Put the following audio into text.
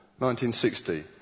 1960